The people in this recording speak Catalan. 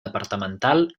departamental